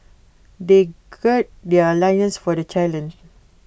they gird their loins for the challenge